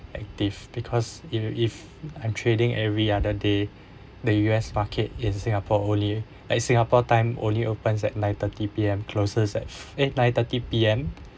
active because if you if I'm trading every other day the us market in singapore only like singapore time only opens at nine thirty P_M closes at eh nine thirty P_M